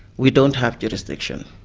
we don't have jurisdiction.